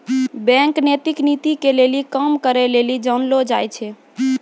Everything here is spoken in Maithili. बैंक नैतिक नीति के लेली काम करै लेली जानलो जाय छै